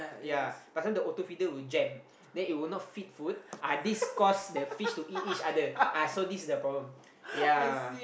ya but sometimes the auto feeder will jam then it will not feed food ah this cause the fish to eat each other ah so this is the problem ya